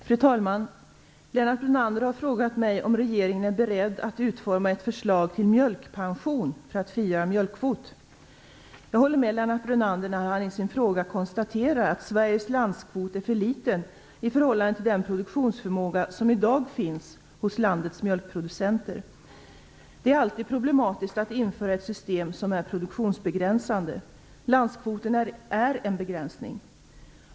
Fru talman! Lennart Brunander har frågat mig om regeringen är beredd att utforma ett förslag till mjölkpension för att frigöra mjölkkvot. Jag håller med Lennart Brunander när han i sin fråga konstaterar att Sveriges landskvot är för liten i förhållande till den produktionsförmåga som i dag finns hos landets mjölkproducenter. Det är alltid problematiskt att införa ett system som är produktionsbegränsande. Landskvoten är en begränsning.